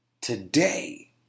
today